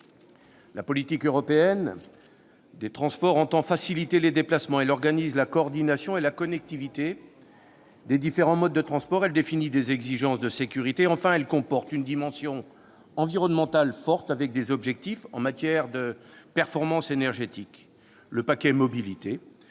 La politique européenne des transports entend faciliter les déplacements. Elle organise la coordination et la connectivité des différents modes de transport. Elle définit des exigences de sécurité. Enfin, elle comporte une dimension environnementale forte, avec des objectifs en matière de performance énergétique. Le paquet mobilité,